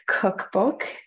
cookbook